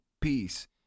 peace